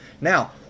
Now